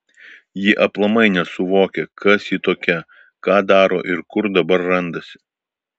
ji aplamai nesuvokia kas ji tokia ką daro ir kur dabar randasi